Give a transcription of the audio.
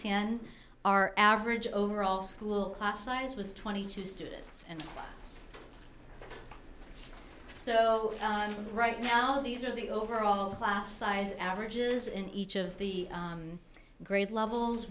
ten our average overall school class size was twenty two students and it's so right now these are the overall class size averages in each of the grade levels